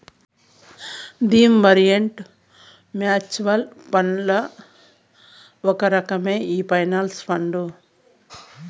theme orient mutual ఫండ్లల్ల ఒక రకమే ఈ పెన్సన్ ఫండు